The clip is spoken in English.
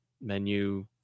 menu